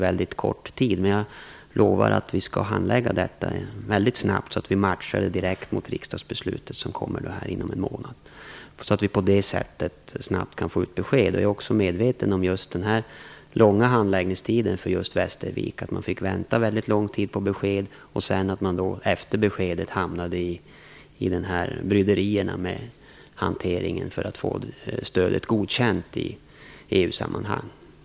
Jag lovar att vi skall handlägga denna fråga snabbt, så att vi matchar den direkt mot riksdagsbeslutet, som kommer inom en månad, och på det sättet snabbt få ut ett besked. Jag är medveten om den långa handläggningstiden för just Västervik. Man fick där vänta väldigt lång tid på besked, och efter beskedet hamnade man i det bryderiet att stödet måste godkännas i EU sammanhang.